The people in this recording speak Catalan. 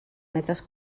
metres